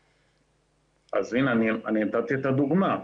הנה, נתתי את הדוגמה.